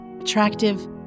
attractive